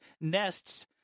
nests